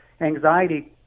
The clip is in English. anxiety